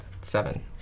seven